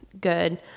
good